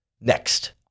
next